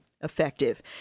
effective